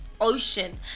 ocean